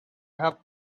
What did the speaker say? have